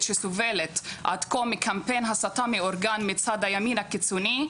שסובלת עד כה מקמפיין הסתה מאורגן מצד הימין הקיצוני,